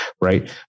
Right